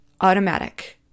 automatic